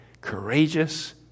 courageous